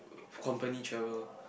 company travel